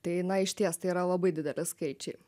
tai na išties tai yra labai dideli skaičiai